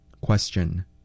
Question